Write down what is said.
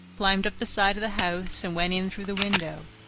climbed up the side of the house and went in through the window.